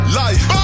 life